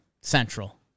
Central